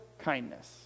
kindness